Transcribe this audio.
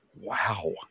wow